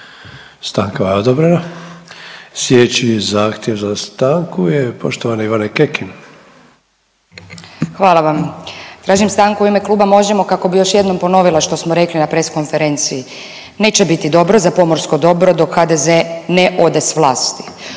Stanka vam je odobrena. Slijedeći zahtjev za stanku je poštovane Ivane Kekin. **Kekin, Ivana (NL)** Hvala vam. Tražim stranku u ime Kluba Možemo kako bih još jednom ponovila što smo rekli na press konferenciji. Neće biti dobro za pomorsko dobro dok HDZ ne ode s vlasti.